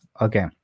Okay